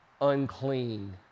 unclean